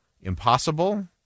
impossible